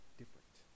different